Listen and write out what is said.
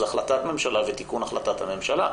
החלטת ממשלה ותיקון החלטת הממשלה.